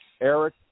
Eric